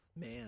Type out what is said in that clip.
Man